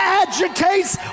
agitates